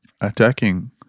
attacking